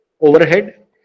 overhead